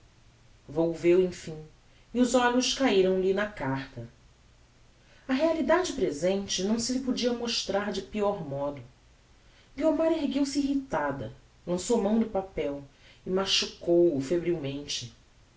volveu emfim e olhos cairam lhe na carta a realidade presente não se lhe podia mostrar de peor modo guiomar ergueu-se irritada lançou mão do papel e machucou o febrilmente